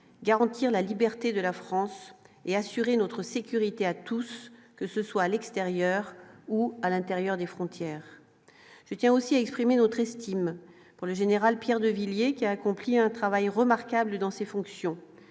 garantir la liberté de la France et assurer notre sécurité à tous, que ce soit à l'extérieur ou à l'intérieur des frontières, ce qui a aussi exprimé notre estime pour le général Pierre de Villiers qui a accompli un travail remarquable dans ses fonctions,